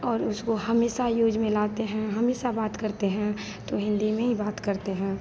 और उसको हमेशा यूज़ में लाते हैं हमेशा बात करते हैं तो हिन्दी में ही बात करते हैं